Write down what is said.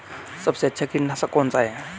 सबसे अच्छा कीटनाशक कौन सा है?